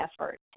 effort